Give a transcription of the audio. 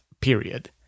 period